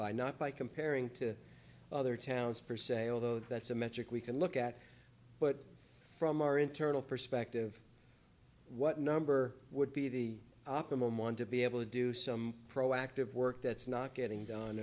by not by comparing to other towns per se although that's a metric we can look at but from our internal perspective what number would be the optimum one to be able to do some proactive work that's not getting done